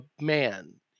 man